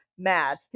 mad